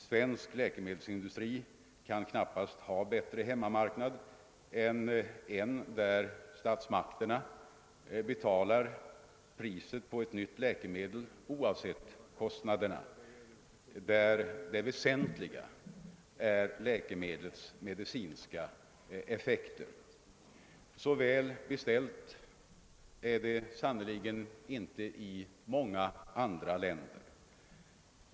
Svensk läkemedelsindustri kan knappast ha en bättre hemmamarknad än en sådan där statsmakterna betalar priset för ett nytt läkemedel, oavsett vad det kostar, och där det väsentliga är läkemedlets medicinska effekter. Så väl är det inte beställt i många andra länder.